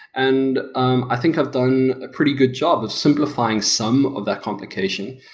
and um i think i've done a pretty good job of simplifying some of that complication.